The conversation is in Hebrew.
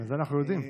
את זה אנחנו יודעים,